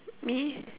me